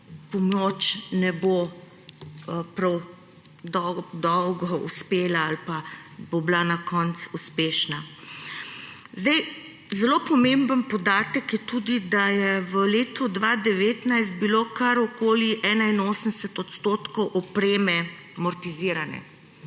pomoč ne bo prav dolgo uspela ali pa bila na koncu uspešna. Zelo pomemben podatek je tudi, da je v letu 2019 bilo kar okoli 81 % opreme amortizirane.